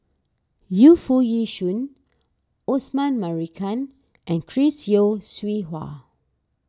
Yu Foo Yee Shoon Osman Merican and Chris Yeo Siew Hua